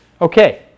Okay